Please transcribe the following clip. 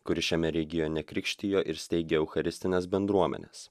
kuris šiame regione krikštijo ir steigė eucharistines bendruomenes